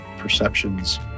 perceptions